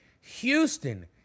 Houston